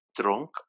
drunk